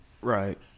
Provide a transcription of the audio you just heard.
Right